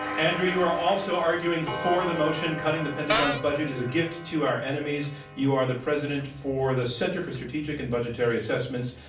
andrew, you are also arguing for the motion, cutting the pentagon's budget is a gift to our enemies. you are the president for the center for strategic and budgetary assessments.